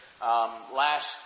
last